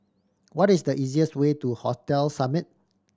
what is the easiest way to Hotel Summit